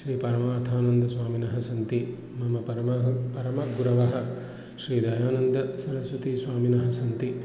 श्री परमार्थानन्दस्वामिनः सन्ति मम परमः परमगुरवः श्रीदयानन्दसरस्वतीस्वामिनः सन्ति